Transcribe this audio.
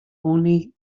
only